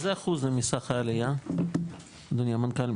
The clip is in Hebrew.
איזה אחוז זה מסך העלייה, אדוני המנכ"ל?